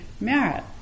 merit